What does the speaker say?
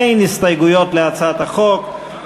אין הסתייגויות להצעת החוק,